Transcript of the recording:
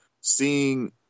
seeing